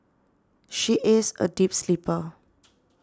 she is a deep sleeper